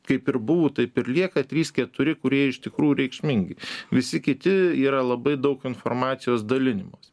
kaip ir buvo taip ir lieka trys keturi kurie iš tikrų reikšmingi visi kiti yra labai daug informacijos dalinimosi